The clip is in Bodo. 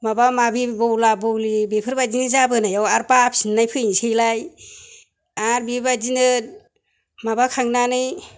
माबा माबि बौला बौलि बेफोरबायदिनो जाबोनायाव आरो बाफिननाय फैनोसैलाय आरो बेबायदिनो माबाखांनानै